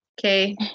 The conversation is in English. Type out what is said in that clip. okay